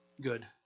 Good